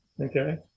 Okay